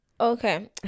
Okay